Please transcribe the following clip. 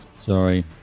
Sorry